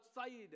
outside